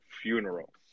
Funeral